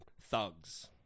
thugs